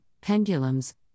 pendulums